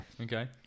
okay